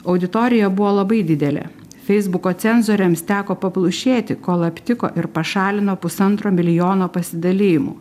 auditorija buvo labai didelė feisbuko cenzoriams teko paplušėti kol aptiko ir pašalino pusantro milijono pasidalijimų